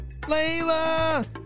Layla